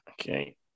Okay